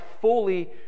fully